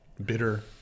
Bitter